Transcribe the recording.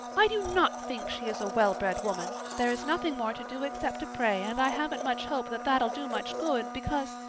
i do not think she is a well-bred woman. there is nothing more to do except to pray and i haven't much hope that that'll do much good because,